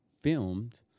filmed